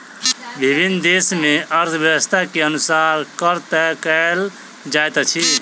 विभिन्न देस मे अर्थव्यवस्था के अनुसार कर तय कयल जाइत अछि